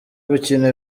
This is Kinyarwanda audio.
gukina